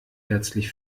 herzlich